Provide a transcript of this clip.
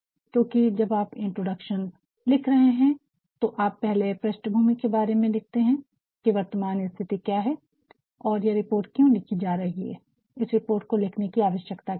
क्योंकि जब आप इंट्रोडक्शन लिख रहे होते हैं तो आप पहले पृष्ठभूमि के बारे में लिखते हैं की वर्तमान स्थिति क्या है और यह रिपोर्ट क्यों लिखी जा रही है इस रिपोर्ट को लिखने की आवश्यकता क्या है